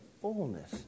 fullness